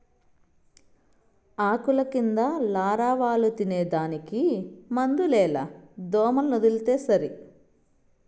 ఆకుల కింద లారవాలు తినేదానికి మందులేల దోమలనొదిలితే సరి